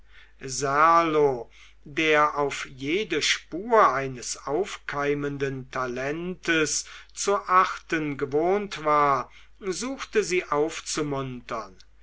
serlo der auf jede spur eines aufkeimenden talentes zu achten gewohnt war suchte sie aufzumuntern